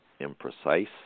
imprecise